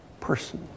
person